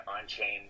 on-chain